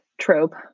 trope